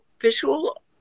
visual